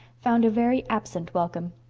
found a very absent welcome.